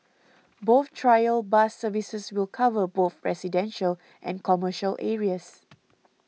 both trial bus services will cover both residential and commercial areas